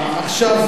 המקורי,